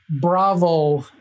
Bravo